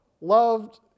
loved